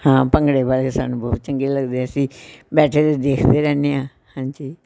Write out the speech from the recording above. ਹਾਂ ਭੰਗੜੇ ਵਾਲੇ ਸਾਨੂੰ ਬਹੁਤ ਚੰਗੇ ਲੱਗਦੇ ਅਸੀਂ ਬੈਠੇ ਦੇਖਦੇ ਰਹਿੰਦੇ ਹਾਂ ਹਾਂਜੀ